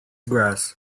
grass